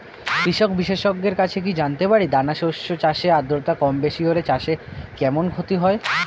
কৃষক বিশেষজ্ঞের কাছে কি জানতে পারি দানা শস্য চাষে আদ্রতা কমবেশি হলে চাষে কেমন ক্ষতি হয়?